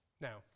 Now